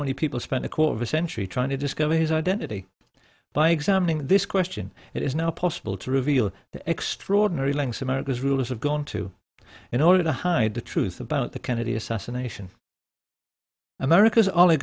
many people spent a quarter century trying to discover his identity by examining this question it is now possible to reveal the extraordinary lengths america's rulers have gone to in order to hide the truth about the kennedy assassination america's